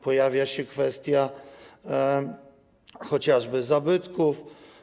Pojawia się kwestia chociażby zabytków.